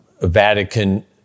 vatican